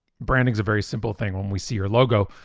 branding is a very simple thing. when we see your logo,